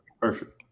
perfect